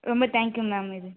ரொம்ப thank you ma'am இது